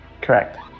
Correct